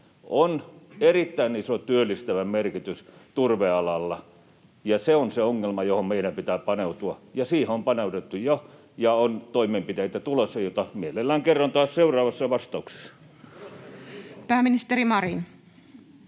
on erittäin iso työllistävä merkitys, ja se on se ongelma, johon meidän pitää paneutua. Siihen on paneuduttu jo, ja on tulossa toimenpiteitä, joista mielelläni kerron taas seuraavassa vastauksessa. [Mauri